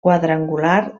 quadrangular